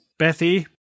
Bethy